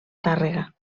tàrrega